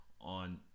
on